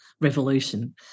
revolution